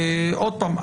עוד פעם,